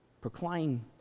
Proclaim